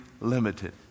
limited